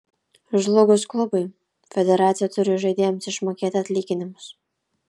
žlugus klubui federacija turi žaidėjams išmokėti atlyginimus